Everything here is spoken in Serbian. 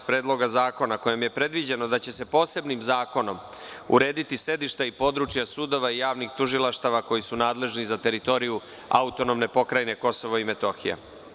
Predloga zakona kojom je predviđeno da će se posebnim zakonom urediti sedišta i područja sudova i javnih tužilaštava koji su nadležni za teritoriju AP Kosovo i Metohija.